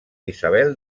isabel